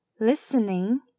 Listening